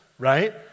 right